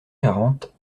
quarante